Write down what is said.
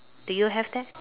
do you have that